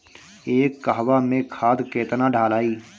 एक कहवा मे खाद केतना ढालाई?